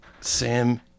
Sam